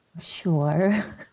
Sure